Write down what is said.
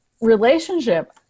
relationship